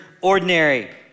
ordinary